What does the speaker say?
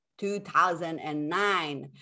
2009